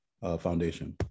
Foundation